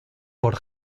por